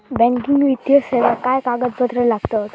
Banking वित्तीय सेवाक काय कागदपत्र लागतत?